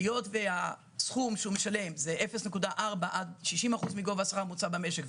היות והסכום שהוא משלם זה 0.4% עד 60% מגובה השכר הממוצע במשק,